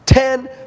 Ten